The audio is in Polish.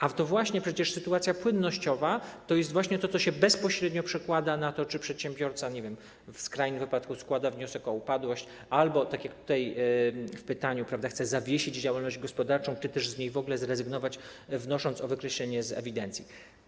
A właśnie przecież sytuacja płynnościowa to jest właśnie to, co się bezpośrednio przekłada na to, czy przedsiębiorca, nie wiem, w skrajnym wypadku składa wniosek o upadłość albo tak jak tutaj w pytaniu padło, chce zawiesić działalność gospodarczą czy też z niej w ogóle zrezygnować, wnosząc o wykreślenie z ewidencji.